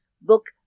book